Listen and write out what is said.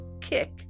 kick